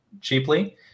cheaply